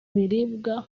biribwa